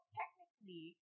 technically